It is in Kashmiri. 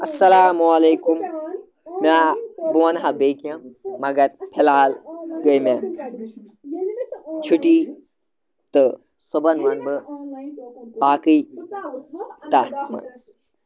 اَسَلامُ علیکُم مےٚ بہٕ وَنہٕ ہاو بیٚیہِ کینٛہہ مگر فِلحال گٔے مےٚ چھُٹی تہٕ صُبحن وَنہٕ بہٕ باقٕے تَتھ منٛز